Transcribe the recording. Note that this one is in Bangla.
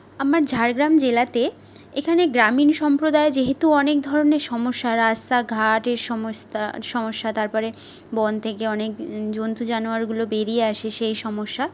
আমার ঝাড়গ্রাম জেলাতে এখানে গ্রামীণ সম্প্রদায় যেহেতু অনেক ধরনের সমস্যা রাস্তাঘাট এর সমস্তা সমস্যা তারপরে বন থকে অনেক জন্তু জানোয়ারগুলো বেরিয়ে আসে সেই সমস্যা